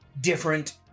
different